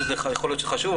יכול להיות שזה חשוב,